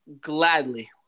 Gladly